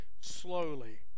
slowly